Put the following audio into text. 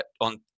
On